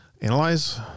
analyze